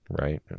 right